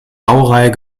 baureihe